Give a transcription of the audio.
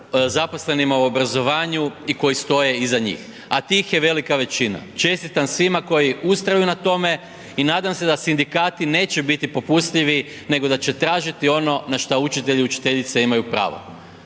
zaposlenima u obrazovanju i koji stoje iza njih, a tih je velika većina. Čestitam svima koji ustraju na tome i nadam se da sindikati neće biti popustljivi nego da će tražiti ono na što učitelji i učiteljice imaju pravo.